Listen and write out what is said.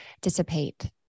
dissipate